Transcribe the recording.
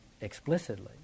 explicitly